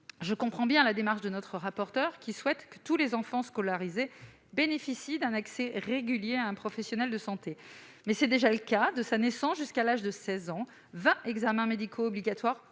Je comprends bien la démarche de notre rapporteur, qui souhaite que tous les enfants scolarisés bénéficient d'un accès régulier à un professionnel de santé. Toutefois, tel est déjà le cas. En effet, de la naissance jusqu'à l'âge de 16 ans, vingt examens médicaux obligatoires